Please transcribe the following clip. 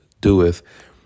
doeth